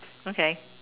okay